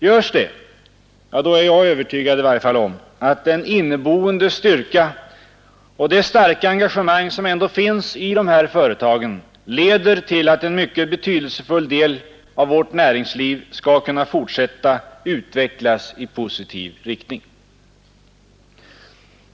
Görs det — ja, då är i varje fall jag övertygad om att den inneboende styrka och det starka engagemang som ändå finns i dessa företag leder till att en mycket betydelsefull del av vårt näringsliv skall kunna fortsätta att utvecklas i positiv riktning.